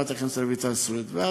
גם חברת הכנסת רויטל סויד,